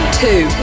two